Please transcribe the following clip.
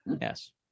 Yes